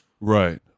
right